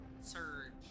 Surge